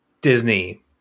Disney